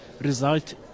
result